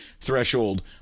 threshold